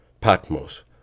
Patmos